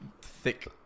thick